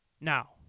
now